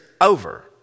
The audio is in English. over